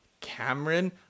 Cameron